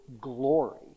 glory